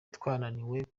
twananiwe